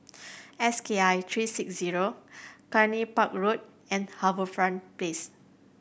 S K I three six zero Cluny Park Road and HarbourFront Place